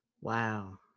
Wow